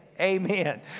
Amen